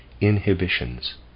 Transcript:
inhibitions